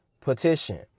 petition